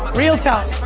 ah real talk.